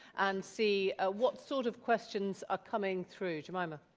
and see ah what sort of questions are coming through, jemima.